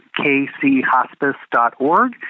kchospice.org